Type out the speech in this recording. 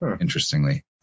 Interestingly